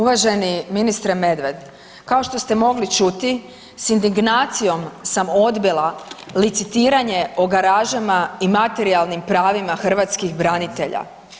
Uvaženi ministre Medved, kao što ste mogli čuti s indignacijom sam odbila licitiranje o garažama i materijalnim pravima hrvatskih branitelja.